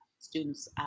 Students